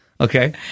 Okay